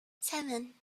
seven